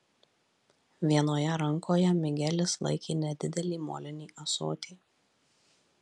vienoje rankoje migelis laikė nedidelį molinį ąsotį